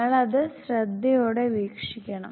നിങ്ങൾ അത് ശ്രദ്ധയോടെ വീക്ഷിക്കണം